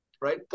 right